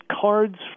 cards